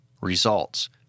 results